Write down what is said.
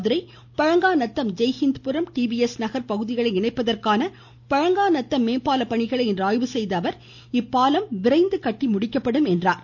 Madurai Palanganatham Jaihindpuram T V S Nagar பகுதிகளை இணைப்பதற்கான பழங்காநத்தம் மேம்பால பணிகளை இன்று ஆய்வு செய்த அவர் இந்த பாலம் விரைந்து கட்டி முடிக்கப்படும் என்றார்